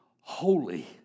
holy